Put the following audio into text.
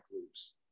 loops